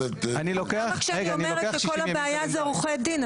למה כשאני אומרת שהבעיה זה עורכי דין,